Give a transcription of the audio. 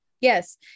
yes